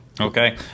Okay